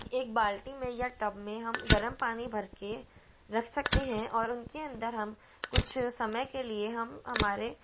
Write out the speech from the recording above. एक बाल्टी में या टब में हम गर्म पानी भर के रख सकते हैं और उनके अंदर हम कुछ समय के लिए हम हमारे